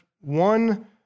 one